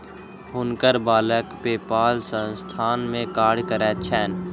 हुनकर बालक पेपाल संस्थान में कार्य करैत छैन